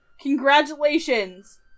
congratulations